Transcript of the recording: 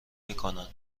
میکنن